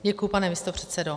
Děkuji, pane místopředsedo.